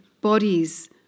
bodies